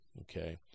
Okay